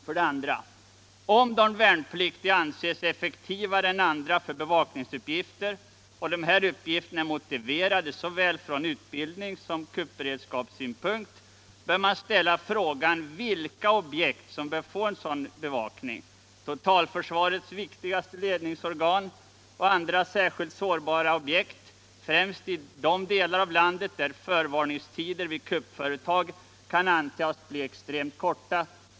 För det andra: Om de värnpliktiga anses vara effektivare än andra för bevakningsuppgifter och dessa uppgifter är motiverade från såväl utbildningssom kuppberedskapssynpunkt bör frågan ställas vilka objekt som bör få en sådan bevakning. Totalförsvarets viktigaste ledningsorgan och andra särskilt sårbara objekt, främst i de delar av landet där för varningstider vid kuppföretag kan antas bli extremt korta.